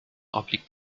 obliegt